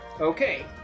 Okay